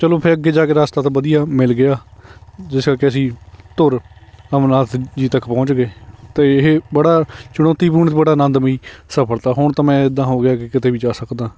ਚਲੋ ਫੇਰ ਅੱਗੇ ਜਾ ਕੇ ਰਸਤਾ ਤਾਂ ਵਧੀਆ ਮਿਲ ਗਿਆ ਜਿਸ ਕਰਕੇ ਅਸੀਂ ਧੁਰ ਅਮਰਨਾਥ ਜੀ ਤੱਕ ਪਹੁੰਚ ਗਏ ਅਤੇ ਇਹ ਬੜਾ ਚੁਣੌਤੀਪੂਰਨ ਬੜਾ ਆਨੰਦਮਈ ਸਫਲਤਾ ਹੁਣ ਤਾਂ ਮੈਂ ਇੱਦਾਂ ਹੋ ਗਿਆ ਕਿ ਕਿਤੇ ਵੀ ਜਾ ਸਕਦਾ